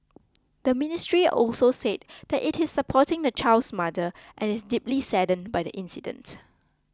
the ministry also said that it is supporting the child's mother and is deeply saddened by the incident